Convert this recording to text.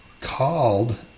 called